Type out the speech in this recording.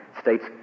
states